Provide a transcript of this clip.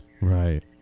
Right